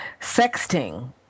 Sexting